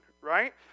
right